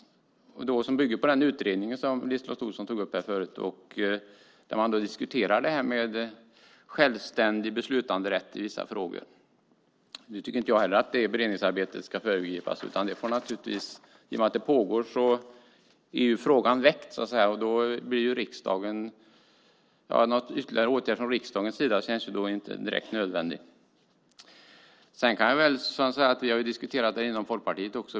Det bygger på den utredning som LiseLotte Olsson här tidigare nämnt om. Man diskuterar självständig beslutanderätt i vissa frågor. Inte heller jag tycker att det beredningsarbetet ska föregripas. I och med att det arbetet pågår är ju frågan så att säga väckt. Någon ytterligare åtgärd från riksdagens sida känns då inte direkt nödvändig. Också i Folkpartiet har vi diskuterat detta.